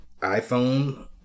iPhone